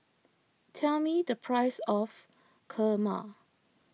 tell me the price of Kurma